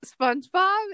SpongeBob